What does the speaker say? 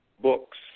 Books